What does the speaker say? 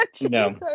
No